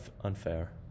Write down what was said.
unfair